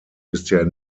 bisher